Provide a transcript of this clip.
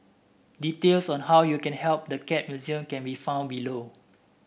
details on how you can help the Cat Museum can be found below